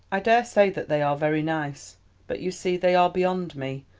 i daresay that they are very nice but, you see, they are beyond me.